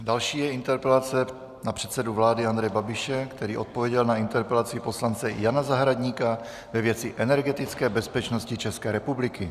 Další je interpelace na předsedu vlády Andreje Babiše, který odpověděl na interpelaci poslance Jana Zahradníka ve věci energetické bezpečnosti České republiky.